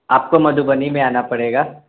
آپ کو مدھوبنی میں آنا پڑے گا